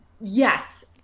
yes